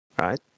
Right